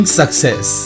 success